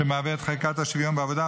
שמהווה את "חקיקת השוויון בעבודה",